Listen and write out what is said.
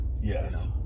Yes